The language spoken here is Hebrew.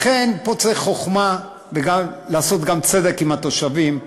לכן, פה צריך חוכמה, ולעשות גם צדק עם התושבים.